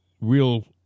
real